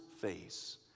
face